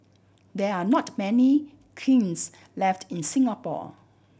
there are not many kilns left in Singapore